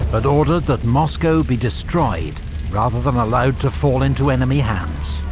but ordered that moscow be destroyed rather than allowed to fall into enemy hands.